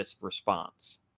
response